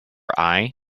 eye